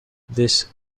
this